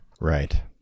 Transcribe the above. Right